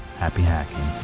happy hacking!